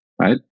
right